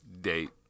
date